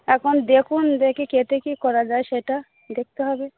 এখন দেখুন দেখি কীসে কী করা যায় সেটা দেখতে হবে